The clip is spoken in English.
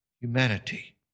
humanity